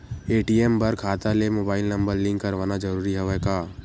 ATM बर खाता ले मुबाइल नम्बर लिंक करवाना ज़रूरी हवय का?